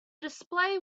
display